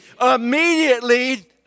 Immediately